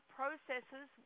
processes